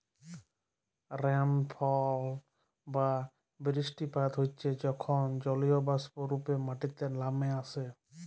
রাইলফল বা বিরিস্টিপাত হচ্যে যখল জলীয়বাষ্প রূপে মাটিতে লামে আসে